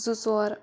زٕ ژور